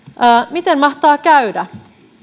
miten mahtaa käydä